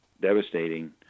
devastating